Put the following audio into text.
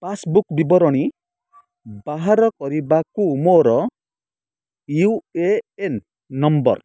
passbook ବିବରଣୀ ବାହାର କରିବାକୁ ମୋର ୟୁ ଏନ୍ ନମ୍ବର୍